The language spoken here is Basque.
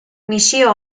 misio